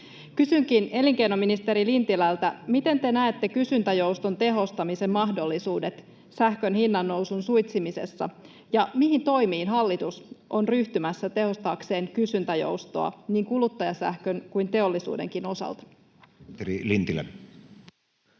Kysynkin elinkeinoministeri Lintilältä: Miten te näette kysyntäjouston tehostamisen mahdollisuudet sähkön hinnannousun suitsimisessa? Ja mihin toimiin hallitus on ryhtymässä tehostaakseen kysyntäjoustoa niin kuluttajasähkön kuin teollisuudenkin osalta? [Speech